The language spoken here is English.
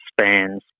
spans